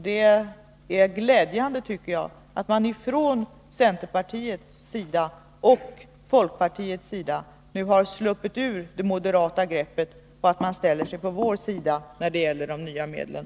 Det är glädjande, tycker jag, att man från centerpartiets sida och från folkpartiets sida nu har sluppit ur det moderata greppet och ställer sig på vår sida när det gäller de nya medlen.